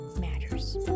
matters